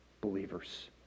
believers